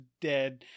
dead